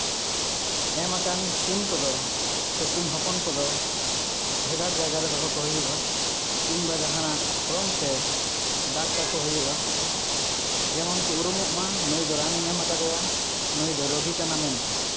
ᱮᱢ ᱟᱠᱟᱱ ᱥᱤᱢ ᱠᱚᱫᱚ ᱥᱮ ᱥᱤᱢ ᱦᱚᱯᱚᱱ ᱠᱚᱫᱚ ᱵᱷᱮᱜᱟᱨ ᱡᱟᱭᱜᱟ ᱨᱮ ᱫᱚᱦᱚ ᱠᱚ ᱦᱩᱭᱩᱜᱼᱟ ᱠᱤᱢᱵᱟ ᱡᱟᱦᱟᱱᱟᱜ ᱨᱚᱝᱛᱮ ᱫᱟᱜᱽ ᱠᱟᱠᱚ ᱦᱩᱭᱩᱜᱼᱟ ᱡᱮᱢᱚᱱ ᱠᱚ ᱩᱨᱩᱢᱚᱜᱼᱟ ᱢᱟ ᱱᱩᱭ ᱫᱚ ᱨᱟᱱᱤᱧ ᱮᱢ ᱠᱟᱫᱮᱭᱟ ᱱᱩᱭ ᱫᱚ ᱨᱩᱜᱤᱭ ᱠᱟᱱᱟᱭ ᱢᱮᱱᱛᱮ